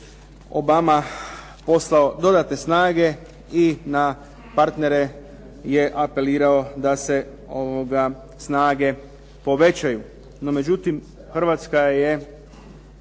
Obama poslao dodatne snage i na partnere je apelirao da se snage povećaju. No međutim Hrvatska je